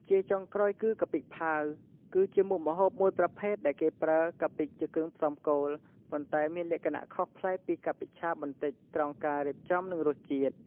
ជាចុងក្រោយគឺ កាពិផាវ គឺជាមុខម្ហូបមួយប្រភេទដែលគេប្រើកាពិជាគ្រឿងផ្សំគោល ប៉ុន្តែមានលក្ខណៈខុសប្លែកពីកាពិឆាបន្តិចត្រង់ការរៀបចំ និងរសជាតិ។